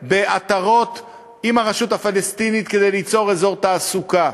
בעטרות עם הרשות הפלסטינית כדי ליצור אזור תעסוקה.